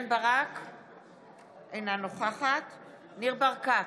אינה נוכחת ניר ברקת,